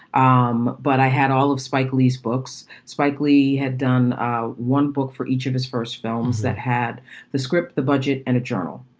um but i had all of spike lee's books. spike lee had done one book for each of his first films that had the script, the budget and a journal.